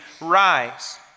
rise